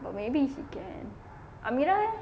but maybe she can amirah leh